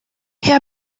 herr